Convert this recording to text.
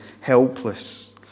helpless